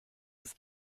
ist